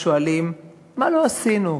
ושואלים: מה לא עשינו?